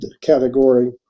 category